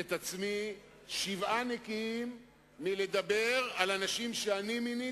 את עצמי שבעה נקיים מלדבר על אנשים שאני מיניתי.